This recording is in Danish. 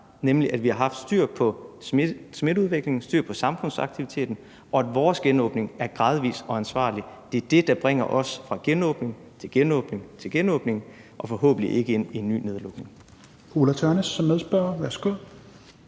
nemlig at vi har haft styr på smitteudviklingen og styr på samfundsaktiviteten, og at vores genåbning er gradvis og ansvarlig. Det er det, der bringer os fra genåbning til genåbning og forhåbentlig ikke til en ny nedlukning.